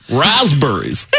raspberries